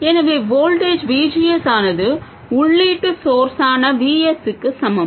எனவே voltage V G S ஆனது உள்ளீட்டு ஸோர்ஸான V Sக்கு சமம்